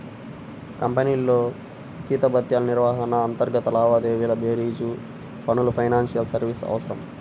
కంపెనీల్లో జీతభత్యాల నిర్వహణ, అంతర్గత లావాదేవీల బేరీజు పనులకు ఫైనాన్షియల్ సర్వీసెస్ అవసరం